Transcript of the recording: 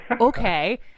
okay